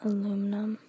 Aluminum